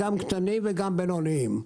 קטנים ובינוניים.